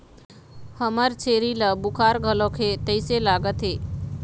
हमर छेरी ल बुखार घलोक हे तइसे लागत हे